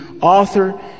author